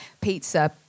pizza